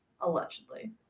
allegedly